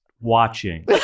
watching